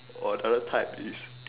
or other type is